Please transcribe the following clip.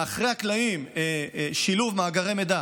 מאחורי הקלעים, שילוב מאגרי מידע